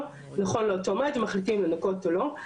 נכון לאותו מועד ומחליטים אם לנכות או לא.